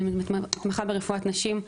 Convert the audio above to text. אני מתמחה ברפואת נשים,